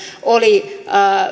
oli